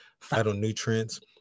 phytonutrients